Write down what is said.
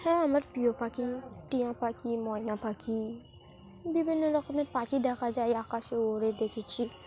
হ্যাঁ আমার প্রিয় পাখি টিঁয়া পাখি ময়না পাখি বিভিন্ন রকমের পাখি দেখা যায় আকাশে ওড়ে দেখেছি